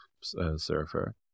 surfer